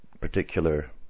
particular